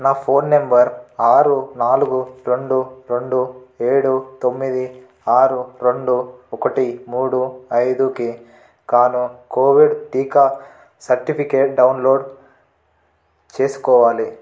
నా phone number ఆరు నాలుగు రెండు రెండు ఏడు తొమ్మిది ఆరు రెండు ఒకటి మూడు ఐదుకి కాను కోవిడ్ టీకా సర్టిఫికేట్ డౌన్లోడ్ చేసుకోవాలి